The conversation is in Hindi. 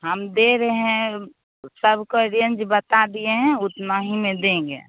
हम दे रहे हैं सब को रेंज बता दिए हैं उतना ही में देंगे